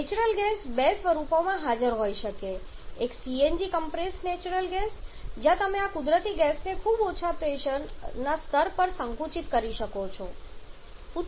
natural gas બે સ્વરૂપોમાં હાજર હોઈ શકે છે એક સીએનજી કોમ્પ્રેસ્ડ નેચરલ ગેસ છે જ્યાં તમે આ કુદરતી ગેસને ખૂબ ઊંચા પ્રેશરના સ્તર પર સંકુચિત કરો છો